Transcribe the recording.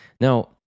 Now